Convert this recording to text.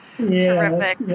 Terrific